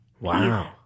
wow